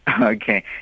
Okay